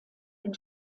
den